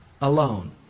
alone